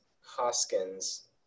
Hoskins